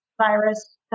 virus